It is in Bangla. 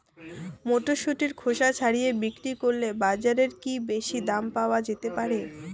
মটরশুটির খোসা ছাড়িয়ে বিক্রি করলে বাজারে কী বেশী দাম পাওয়া যেতে পারে?